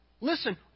Listen